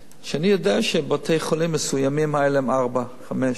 שאני יודע שלבתי-חולים מסוימים היו ארבעה, חמישה.